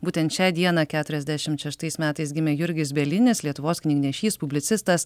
būtent šią dieną keturiasdešim šeštais metais gimė jurgis bielinis lietuvos knygnešys publicistas